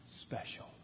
special